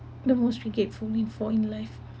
the most bri~ grateful for me for in life